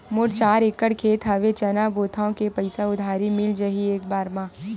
मोर चार एकड़ खेत हवे चना बोथव के पईसा उधारी मिल जाही एक बार मा?